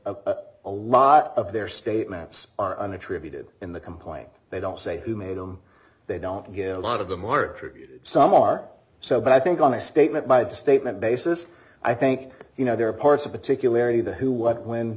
a a lot of their statements are unattributed in the complaint they don't say who made them they don't give a lot of them are tributed some are so but i think on a statement by the statement basis i think you know there are parts of the ticket larry the who what when